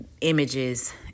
images